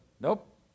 Nope